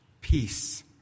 Peace